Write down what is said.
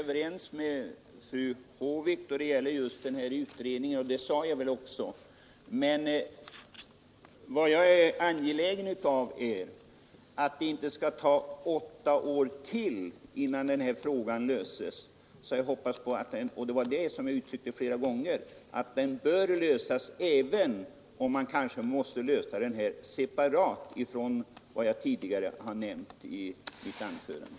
Herr talman! Jag är överens med fru Håvik om att utredningens förslag bör avvaktas, och det sade jag också i mitt förra anförande. Men vad jag är angelägen om att framhålla är att det inte får dröja ytterligare åtta år innan frågan löses. Den bör lösas snarast även om den måste lösas separat.